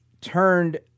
turned